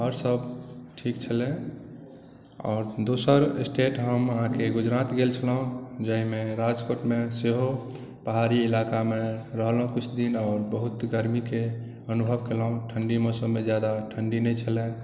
आओर सभ ठीक छलै आओर दोसर स्टेट हम अहाँकेँ गुजरात गेल छलहुँ जाहिमे राजकोटमे सेहो पहाड़ी इलाकामे रहलहुँ किछु दिन आओर बहुत गर्मीकेँ अनुभव केलहुँ ठण्डी मौसममे जादा ठण्डी नहि छलै